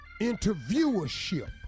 interviewership